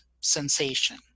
sensation